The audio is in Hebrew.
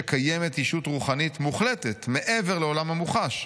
שקיימת ישות רוחנית, מוחלטת, מעבר לעולם המוחש.